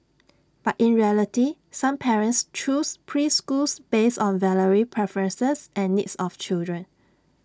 but in reality some parents choose preschools based on varying preferences and needs of children